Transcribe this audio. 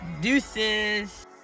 Deuces